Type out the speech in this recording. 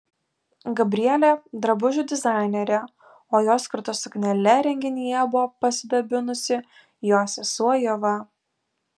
gabrielė drabužių dizainerė o jos kurta suknele renginyje buvo pasidabinusi jos sesuo ieva